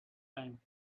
time